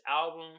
album